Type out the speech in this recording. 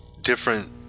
different